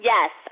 Yes